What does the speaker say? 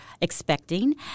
expecting